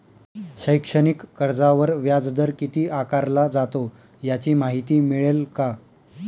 शैक्षणिक कर्जावर व्याजदर किती आकारला जातो? याची माहिती मिळेल का?